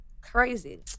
crazy